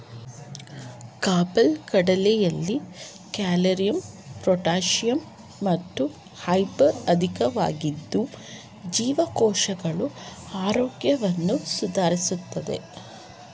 ಕಾಬುಲ್ ಕಡಲೆಲಿ calcium potassium ಮತ್ತು fibre ಅಧಿಕವಾಗಿದ್ದು ಜೀವಕೋಶಗಳ ಆರೋಗ್ಯವನ್ನು ಸುಧಾರಿಸ್ತದೆ